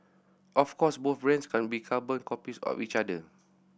of course both brands can't be carbon copies of each other